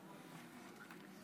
אדוני היושב-ראש, חבריי חברי